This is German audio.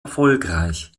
erfolgreich